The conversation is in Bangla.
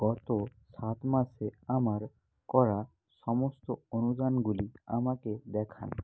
গত সাত মাসে আমার করা সমস্ত অনুদানগুলি আমাকে দেখান